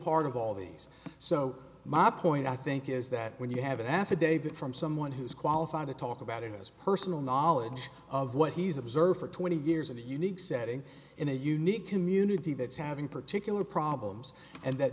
part of all these so my point i think is that when you have an affidavit from someone who's qualified to talk about it his personal knowledge of what he's observed for twenty years and a unique setting in a unique community that's having particular problems and that